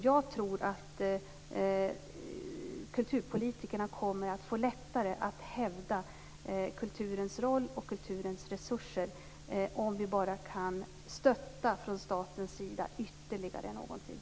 Jag tror att kulturpolitikerna kommer att få det lättare att hävda kulturens roll och kulturens resurser, om vi från statens sida kan stötta bara ytterligare någon tid.